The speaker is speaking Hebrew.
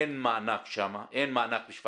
אין מענק בשפרעם.